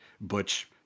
Butch